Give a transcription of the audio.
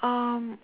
um